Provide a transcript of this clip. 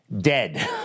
dead